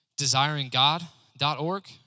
DesiringGod.org